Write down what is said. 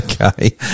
okay